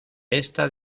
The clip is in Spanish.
esta